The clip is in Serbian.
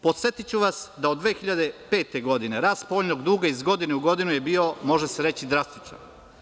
Podsetiću vas, da od 2005. godine, ras spoljnog duga iz godine u godinu je bio, može se reći drastičan.